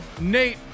Nate